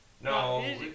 No